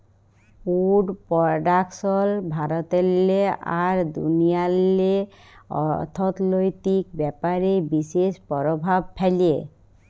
would production ভারতেল্লে আর দুনিয়াল্লে অথ্থলৈতিক ব্যাপারে বিশেষ পরভাব ফ্যালে